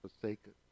forsaken